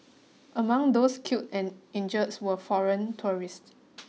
among those killed and injured were foreign tourists